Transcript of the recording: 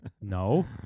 No